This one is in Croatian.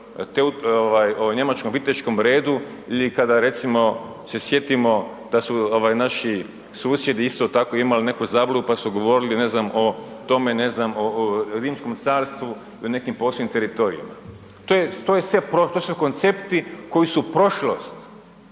o Njemačkom viteškom redu ili kada se sjetimo da su naši susjedi isto tako imali neku zabludu pa su govorili o Rimskom carstvu na nekim posebnim teritorijima. To su koncepti koji su prošlost,